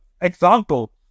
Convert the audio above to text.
example